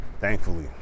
Thankfully